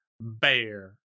bear